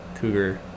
cougar